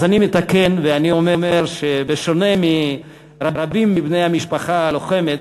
אז אני מתקן ואני אומר שבשונה מרבים מבני המשפחה הלוחמת,